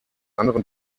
anderen